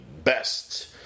best